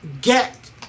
get